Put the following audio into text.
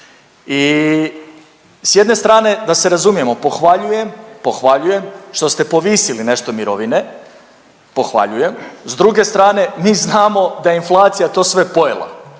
i s jedne strane da se razumijemo pohvaljujem, pohvaljujem što ste povisili nešto mirovine, pohvaljujem, s druge strane mi znamo da je inflacija to sve pojela.